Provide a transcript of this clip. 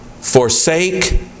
forsake